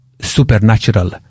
supernatural